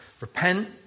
Repent